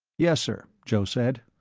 yes, sir, joe said.